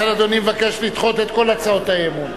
לכן אדוני מבקש לדחות את כל הצעות האי-אמון?